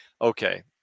Okay